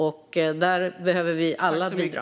Där behöver vi alla bidra.